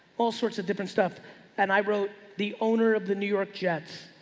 all sorts of different stuff and i wrote the owner of the new york jets